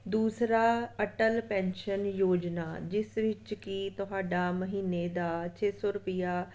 ਦੂਸਰਾ ਅਟੱਲ ਪੈਨਸ਼ਨ ਯੋਜਨਾ ਜਿਸ ਵਿੱਚ ਕਿ ਤੁਹਾਡਾ ਮਹੀਨੇ ਦਾ ਛੇ ਸੌ ਰੁਪਈਆ